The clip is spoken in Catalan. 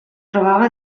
trobava